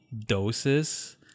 doses